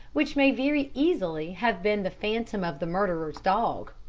which may very easily have been the phantom of the murderer's dog,